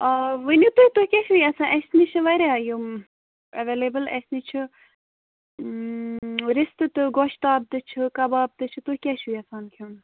آ ؤنِو تُہۍ تُہۍ کیٛاہ چھُو یَژھان اَسہِ نِش چھِ واریاہ یِم ایویلیبٕل اَسہِ نِش چھِ رِستہٕ تہِ گۄشتاب تہِ چھِ کَباب تہِ چھِ تُہۍ کیٛاہ چھُو یَژھان کھیوٚن